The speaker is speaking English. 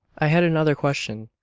i had another question.